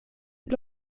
mit